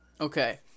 Okay